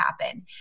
happen